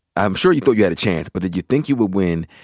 i'm sure you thought you had a chance. but did you think you would win?